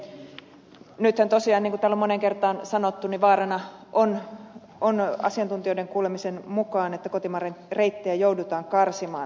nythän tosiaan niin kuin täällä on moneen kertaan sanottu vaarana on asiantuntijoiden kuulemisen mukaan että kotimaan reittejä joudutaan karsimaan